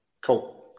Cool